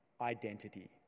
identity